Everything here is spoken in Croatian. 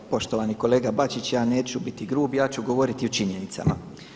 Evo poštovani kolega Bačić, ja neću biti grub ja ću govoriti o činjenicama.